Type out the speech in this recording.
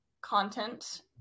content